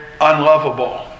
unlovable